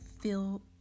feel